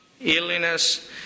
illness